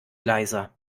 leiser